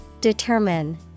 Determine